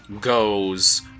goes